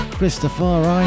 Christopher